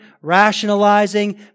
rationalizing